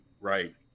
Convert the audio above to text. right